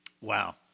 Wow